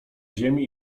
ziemi